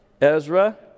Ezra